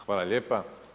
Hvala lijepa.